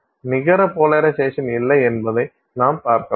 நிகர போலரைசேஷன் இல்லை என்பதை நாம் பார்க்கலாம்